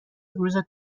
روز